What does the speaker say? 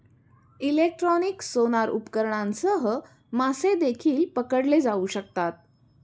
electronic sonar उपकरणांसह मासे देखील पकडले जाऊ शकतात